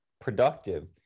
productive